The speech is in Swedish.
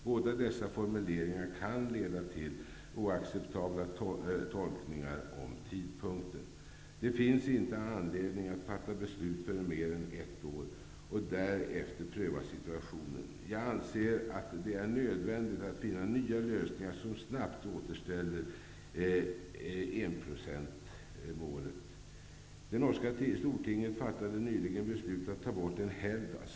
Båda dessa formuleringar kan leda till oacceptabla tolkningar om tidpunkten. Det finns inte någon anledning att fatta beslut för mer än ett år. Därefter får situationen prövas. Jag anser att det är nödvändigt att finna nya lösningar som snabbt återställer enprocentsmålet. Det norska Stortinget fattade nyligen beslut om att ta bort en helgdag.